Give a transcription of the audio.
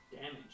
damage